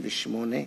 58)